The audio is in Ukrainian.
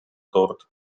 торт